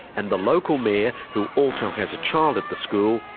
and the local mayor, who also has a child at the school,